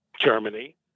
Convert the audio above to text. Germany